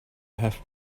have